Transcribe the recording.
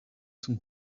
zum